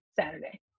Saturday